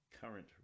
current